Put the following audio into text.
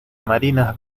marinas